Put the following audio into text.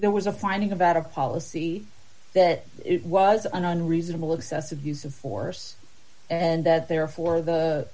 there was a finding about a policy that it was an unreasonable excessive use of force and that therefore the